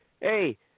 hey